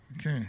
Okay